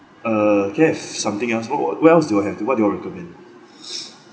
uh can I have something else what what what else do y'all had what do y'all recommend